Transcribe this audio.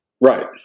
Right